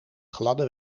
gladde